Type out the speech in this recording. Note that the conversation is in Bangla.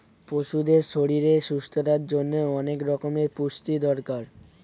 পশুদের শরীরের সুস্থতার জন্যে অনেক রকমের পুষ্টির দরকার